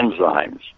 enzymes